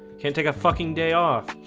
can't take a fucking day off.